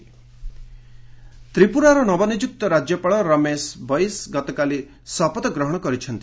Tripura governor ତ୍ରିପୁରାର ନବନିଯୁକ୍ତ ରାଜ୍ୟପାଳ ରମେଶ ବଇଶ ଗତକାଲି ଶପଥ ଗ୍ରହଣ କରିଛନ୍ତି